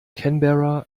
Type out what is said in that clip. canberra